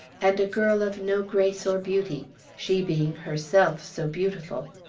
and a girl of no grace or beauty she being herself so beautiful!